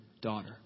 daughter